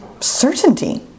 certainty